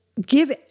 Give